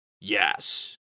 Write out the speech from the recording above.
yes